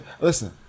Listen